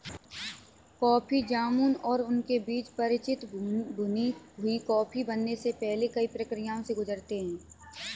coffee जामुन और उनके बीज परिचित भुनी हुई कॉफी बनने से पहले कई प्रक्रियाओं से गुजरते हैं